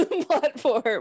platform